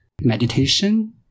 meditation